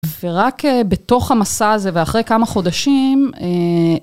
ורק בתוך המסע הזה ואחרי כמה חודשים, אה...